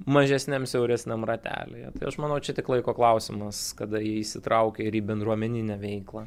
mažesniam siauresniam ratelyje tai aš manau čia tik laiko klausimas kada jie įsitraukia ir į bendruomeninę veiklą